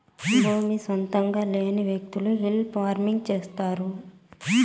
భూమి సొంతంగా లేని వ్యకులు హిల్ ఫార్మింగ్ చేస్తారు